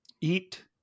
Eat